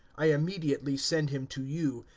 i immediately send him to you,